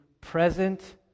present